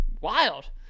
Wild